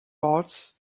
parts